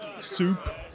soup